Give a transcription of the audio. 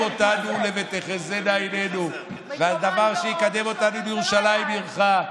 שיקדם אותנו ל"ותחזינה עינינו" והדבר שיקדם אותנו ל"ולירושלים עירך",